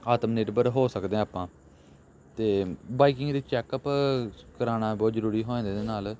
ਆਤਮ ਨਿਰਭਰ ਹੋ ਸਕਦੇ ਹਾਂ ਆਪਾਂ ਅਤੇ ਬਾਈਕਿੰਗ ਦਾ ਚੈੱਕ ਅਪ ਕਰਾਉਣਾ ਬਹੁਤ ਜ਼ਰੂਰੀ ਹੋ ਜਾਂਦਾ ਇਹਦੇ ਨਾਲ